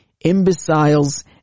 imbeciles